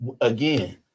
Again